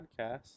podcast